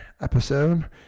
episode